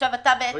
עכשיו אם אני